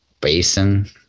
Basin